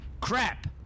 crap